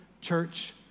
church